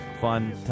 fun